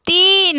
তিন